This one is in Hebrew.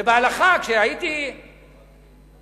ובהלכה, כשהייתי בכולל,